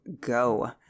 go